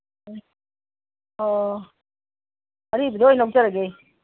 ꯑꯣ ꯑꯔꯤꯕꯗꯣ ꯑꯣꯏꯅ ꯂꯧꯖꯔꯒꯦ